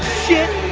shit,